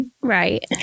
Right